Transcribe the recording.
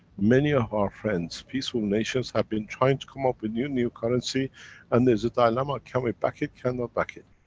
many of our friends, peaceful nations have been trying to come up with new, new currency and there's a dilemma, can we back it, cannot back it?